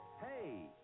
Hey